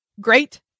great